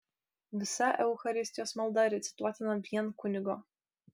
visa eucharistijos malda recituotina vien kunigo